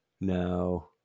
No